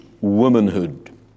womanhood